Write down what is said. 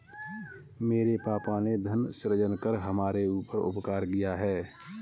मेरे पापा ने धन सृजन कर हमारे ऊपर उपकार किया है